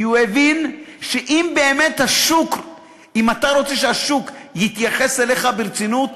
כי הוא הבין שאם באמת אתה רוצה שהשוק יתייחס אליך ברצינות,